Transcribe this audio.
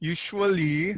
Usually